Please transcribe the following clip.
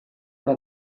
una